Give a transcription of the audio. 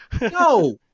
No